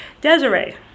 Desiree